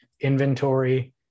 inventory